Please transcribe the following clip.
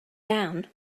down